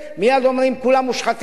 מייד אומרים: כולם מושחתים.